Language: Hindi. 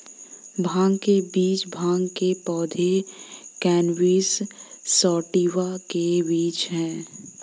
भांग के बीज भांग के पौधे, कैनबिस सैटिवा के बीज हैं